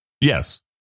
Yes